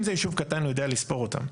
אם זה יישוב קטן הוא יודע לספור אותם.